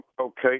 Okay